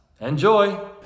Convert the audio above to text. Enjoy